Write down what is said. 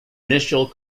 initial